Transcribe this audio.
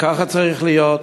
וככה צריך להיות.